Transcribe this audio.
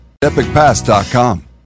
EpicPass.com